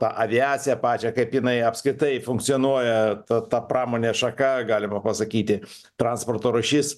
tą aviaciją pačią kaip jinai apskritai funkcionuoja ta ta pramonės šaka galima pasakyti transporto rūšis